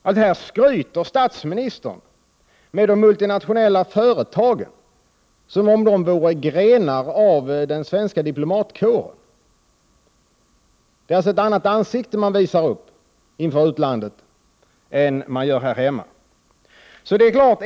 Så här skryter statsministern med de multinationella företagen som om de vore grenar av den svenska diplomatkåren. Vi visar alltså upp ett annat ansikte inför utlandet än vad man gör här hemma.